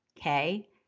Okay